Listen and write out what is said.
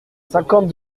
cinquante